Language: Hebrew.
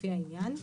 לפי העניין: